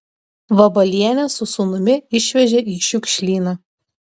vabalienę su sūnumi išvežė į šiukšlyną